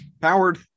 powered